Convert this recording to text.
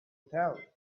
tell